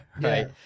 right